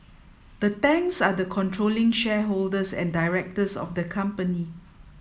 the Tangs are the controlling shareholders and directors of the company